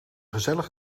gezellig